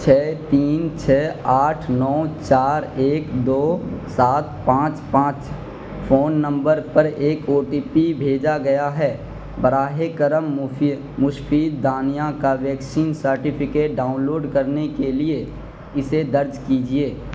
چھ تین چھ آٹھ نو چار ایک دو سات پانچ پانچ فون نمبر پر ایک او ٹی پی بھیجا گیا ہے براہ کرم مشفید دانیہ کا ویکسین سرٹیفکیٹ ڈاؤنلوڈ کرنے کے لیے اسے درج کیجیے